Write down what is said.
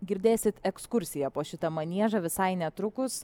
girdėsit ekskursiją po šitą maniežą visai netrukus